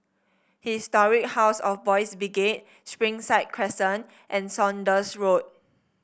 Historic House of Boys' Brigade Springside Crescent and Saunders Road